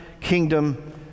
kingdom